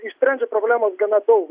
išsprendžia problemas gana daug